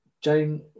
Jane